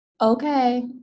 Okay